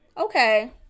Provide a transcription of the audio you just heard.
Okay